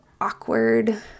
awkward